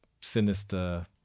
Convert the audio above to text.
sinister